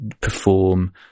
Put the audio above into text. perform